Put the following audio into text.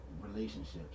relationships